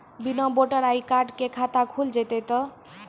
बिना voter ID card के खाता खुल जैते तो?